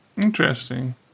Interesting